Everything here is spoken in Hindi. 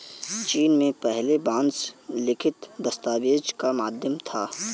चीन में पहले बांस लिखित दस्तावेज का माध्यम था